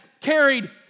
carried